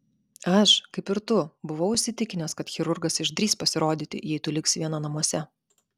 aš kaip ir tu buvau įsitikinęs kad chirurgas išdrįs pasirodyti jei tu liksi viena namuose